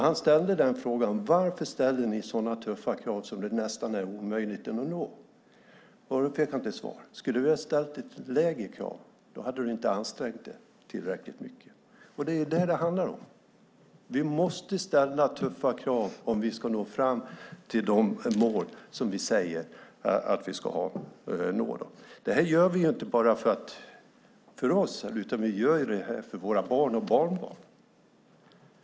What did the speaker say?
Han ställde frågan: Varför ställer ni så tuffa krav att det nästan är omöjligt att leva upp till dem? Han fick följande svar: Skulle det ha ställts lägre krav hade du inte ansträngt dig tillräckligt mycket. Det är vad det handlar om. Vi måste ställa tuffa krav för att nå de mål som vi säger att vi ska nå. Det här gör vi inte bara för oss, utan vi gör det också för våra barn och barnbarn.